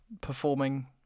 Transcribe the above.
performing